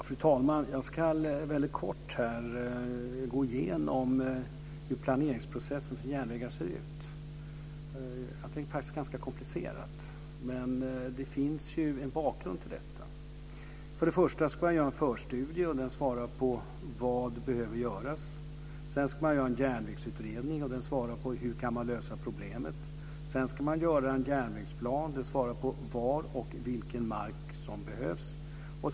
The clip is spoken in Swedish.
Fru talman! Jag ska väldigt kort gå igenom hur planeringsprocessen för järnvägar ser ut. Det är faktiskt ganska komplicerat, men det finns en bakgrund till detta. Först ska man göra en förstudie, och den svarar på frågan om vad som behöver göras. Sedan ska man göra en järnvägsutredning, och den svarar på frågan om hur man kan lösa problemet. Sedan ska man göra en järnvägsplan. Den svarar på frågorna om var och vilken mark som behövs.